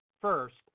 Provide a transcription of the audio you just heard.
first